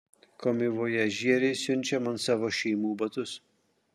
komivojažieriai siunčia man savo šeimų batus